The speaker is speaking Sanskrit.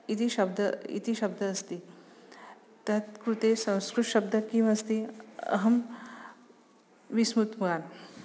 इति शब्दः इति शब्दः अस्ति तत्कृते संस्कृतशब्दः किमस्ति अहं विस्मृतवान्